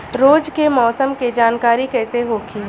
रोज के मौसम के जानकारी कइसे होखि?